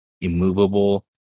immovable